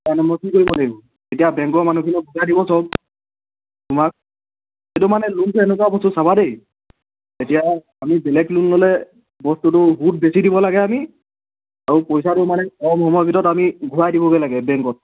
তাৰকাৰণে মই কি কৰিব লাগিব তেতিয়া বেংকৰ মানুহখিনিয়ে বুজাই দিব সব তোমাক সেইটো মানে লোনটো এনেকুৱা বস্তু চাবা দেই এতিয়া আমি বেলেগ লোন ল'লে বস্তুটো সুত বেছি দিব লাগে আমি আৰু পইচাটো মানে কম সময়ৰ ভিতৰত আমি ঘূৰাই দিবগে লাগে বেংকত